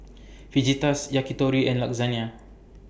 Fajitas Yakitori and Lasagna